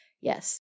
yes